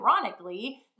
ironically